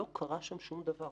לא קרה שם שום דבר.